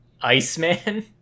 Iceman